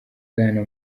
bwana